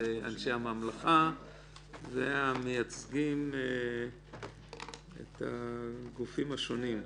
אנשי הממלכה והמייצגים את הגופים השונים.